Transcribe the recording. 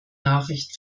nachricht